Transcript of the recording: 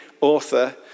author